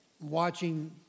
watching